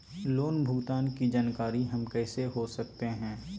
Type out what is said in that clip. Loan भुगतान की जानकारी हम कैसे हो सकते हैं?